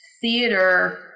theater